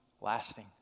lasting